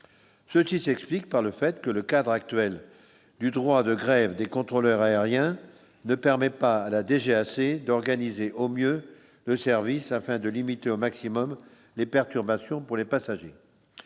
se tissu explique par le fait que le cadre actuel du droit de grève des contrôleurs aériens ne permet pas à la DGAC d'organiser au mieux le service afin de limiter au maximum les perturbations pour les passagers,